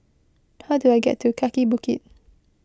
how do I get to Kaki Bukit